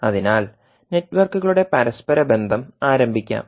അതിനാൽ നെറ്റ്വർക്കുകളുടെ പരസ്പരബന്ധം ആരംഭിക്കാം